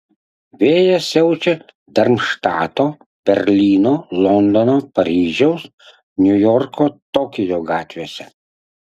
vėjas siaučia darmštato berlyno londono paryžiaus niujorko tokijo gatvėse